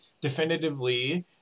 definitively